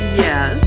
yes